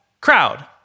crowd